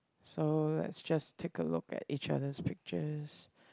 so let's just take a look at each other's pictures